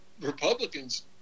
Republicans